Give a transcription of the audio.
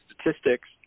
statistics